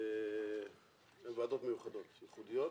כוועדות מיוחדות וייחודיות.